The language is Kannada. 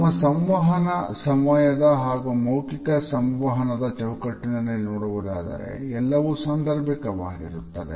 ನಮ್ಮ ಸಂವಹನ ಸಮಯದ ಹಾಗೂ ಮೌಖಿಕ ಸಂವಹನದ ಚೌಕಟ್ಟಿನಲ್ಲಿ ನೋಡುವುದಾದರೆ ಎಲ್ಲವೂ ಸಾಂದರ್ಭಿಕವಾಗಿರುತ್ತದೆ